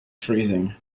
freezing